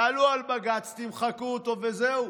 תעלו על בג"ץ, תמחקו אותו וזהו,